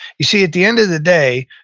you see, at the end of the day,